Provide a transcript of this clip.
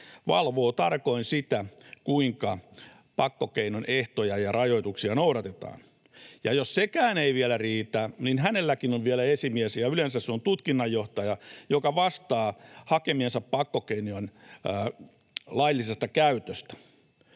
valvoo tarkoin, kuinka pakkokeinon ehtoja ja rajoituksia noudatetaan. Ja jos sekään ei vielä riitä, niin hänelläkin on vielä esimies, ja yleensä se on tutkinnanjohtaja, joka vastaa hakemiensa pakkokeinojen laillisesta käytöstä.